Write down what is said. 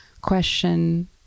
question